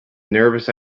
nervous